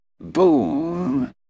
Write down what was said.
Boom